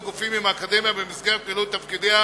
גופים עם האקדמיה במסגרת מילוי תפקידיה